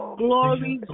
glory